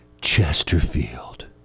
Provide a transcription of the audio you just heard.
Chesterfield